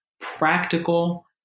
practical